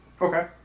Okay